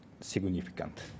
significant